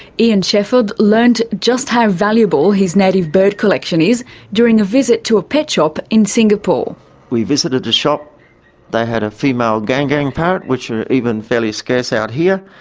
ian sheffield learnt just how valuable his native bird collection is during a visit to a pet shop in we visited a shop they had a female gang gang parrot, which are even fairly scarce out here.